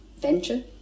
venture